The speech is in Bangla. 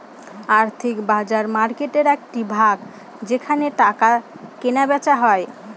আর্থিক বাজার মার্কেটের একটি ভাগ যেখানে টাকা কেনা বেচা হয়